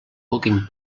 puguin